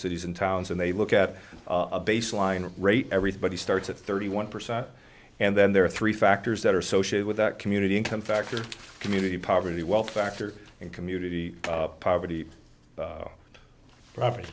cities and towns and they look at a baseline rate everybody starts at thirty one percent and then there are three factors that are associated with that community income factors community poverty wealth factor and community poverty